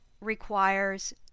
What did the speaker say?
requires